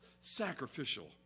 sacrificial